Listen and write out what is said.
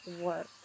work